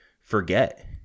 forget